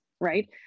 right